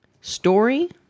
story